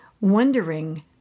wondering